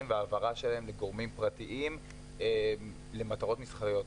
והעברה שלהם לגורמים פרטיים למטרות מסחריות.